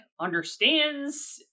understands